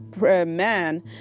man